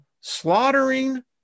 slaughtering